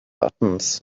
buttons